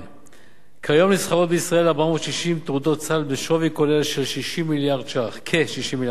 כיום נסחרות בישראל 460 תעודות סל בשווי כולל של כ-60 מיליארד שקלים.